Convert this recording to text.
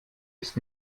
ist